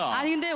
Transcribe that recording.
i you know